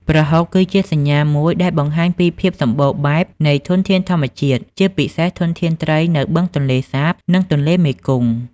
ប្រហុកគឺជាសញ្ញាមួយដែលបង្ហាញពីភាពសម្បូរបែបនៃធនធានធម្មជាតិ ជាពិសេសធនធានត្រីនៅបឹងទន្លេសាប និងទន្លេមេគង្គ។